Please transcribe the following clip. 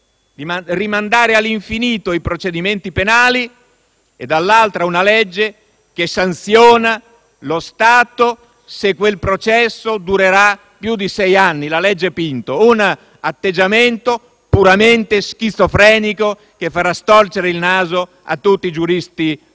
di rimandare all'infinito i procedimenti penali e, dall'altro, una legge che sanziona lo Stato se quel processo durerà più di sei anni (la cosiddetta legge Pinto): un atteggiamento puramente schizofrenico che farà storcere il naso a tutti i giuristi del